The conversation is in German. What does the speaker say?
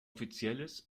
offizielles